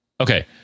Okay